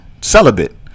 celibate